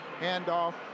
handoff